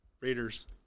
Raiders